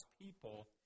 people